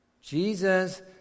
Jesus